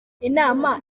inama